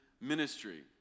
ministry